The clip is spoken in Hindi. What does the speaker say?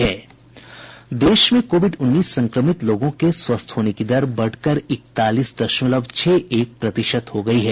देश में कोविड उन्नीस संक्रमित लोगों के स्वस्थ होने की दर बढ़कर इकतालीस दशमलव छह एक प्रतिशत हो गयी है